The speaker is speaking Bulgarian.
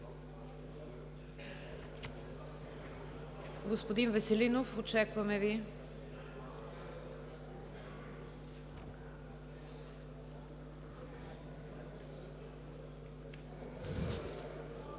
Господин Веселинов, очакваме Ви.